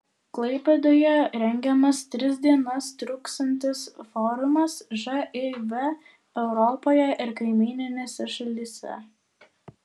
klaipėdoje rengiamas tris dienas truksiantis forumas živ europoje ir kaimyninėse šalyse